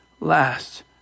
last